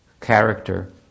character